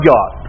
God